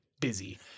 busy